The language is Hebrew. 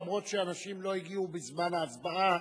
למרות שאנשים לא הגיעו בזמן ההצבעה,